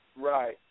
Right